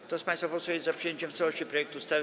Kto z państwa posłów jest za przyjęciem w całości projektu ustawy.